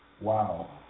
Wow